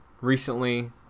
recently